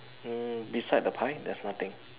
mm beside the pie there's nothing